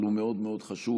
אבל הוא מאוד מאוד חשוב.